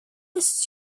these